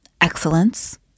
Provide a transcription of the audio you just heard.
excellence